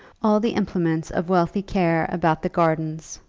all the implements of wealthy care about the gardens,